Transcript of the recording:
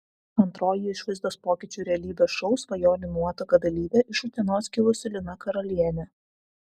antroji išvaizdos pokyčių realybės šou svajonių nuotaka dalyvė iš utenos kilusi lina karalienė